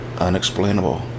unexplainable